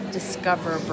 Discover